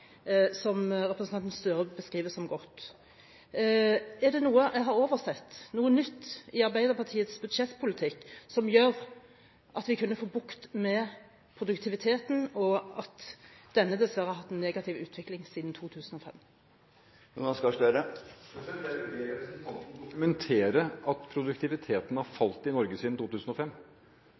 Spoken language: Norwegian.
som representanten Gahr Støre beskriver som godt. Er det noe jeg har oversett, noe nytt i Arbeiderpartiets budsjettpolitikk, som gjør at vi kan få bukt med den negative utviklingen i produktiviteten vi har hatt siden 2005? Jeg vil be representanten dokumentere at produktiviteten i Norge har falt siden 2005.